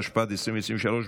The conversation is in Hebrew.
התשפ"ד 2023,